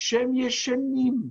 שהם ישנים,